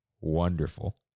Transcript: Wonderful